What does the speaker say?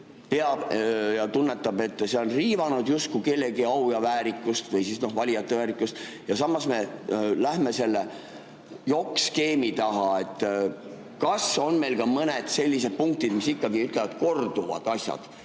tunnetab, et see on riivanud justkui kellegi au ja väärikust või valijate väärikust, ja samas me läheme selle jokk-skeemi taha. Kas on meil ka mõned sellised punktid, mis ikkagi räägivad korduvatest